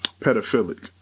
pedophilic